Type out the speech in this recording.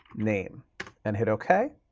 name and hit ok.